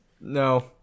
no